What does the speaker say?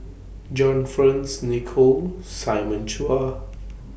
John Fearns Nicoll Simon Chua